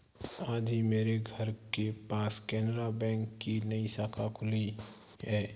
आज ही मेरे घर के पास केनरा बैंक की नई शाखा खुली है